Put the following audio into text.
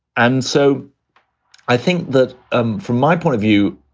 and so i think that um from my point of view,